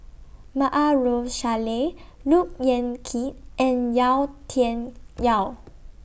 Maarof Salleh Look Yan Kit and Yau Tian Yau